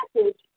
message